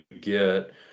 get